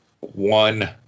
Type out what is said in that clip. one